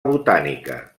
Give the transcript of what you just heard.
botànica